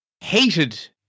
hated